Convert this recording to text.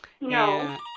No